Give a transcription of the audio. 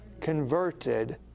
converted